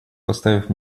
поставив